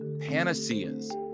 panaceas